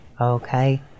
Okay